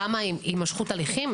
למה הימשכות הליכים?